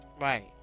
Right